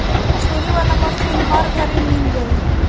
पछोरे वाला मशीन हर घरे मिल जाई